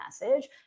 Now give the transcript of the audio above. message